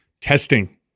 testing